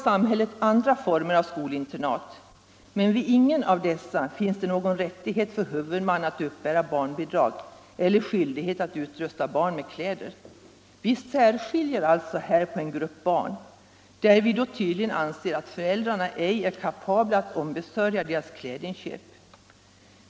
Samhället har andra former av skolinternat, men vid ingen av dessa finns det någon rättighet för huvudman att uppbära barnbidrag eller skyldighet att utrusta barnen med kläder. Man särskiljer alltså en grupp barn, där man tydligen anser att föräldrarna ej är kapabla att ombesörja deras klädinköp.